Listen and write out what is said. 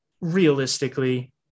realistically